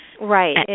Right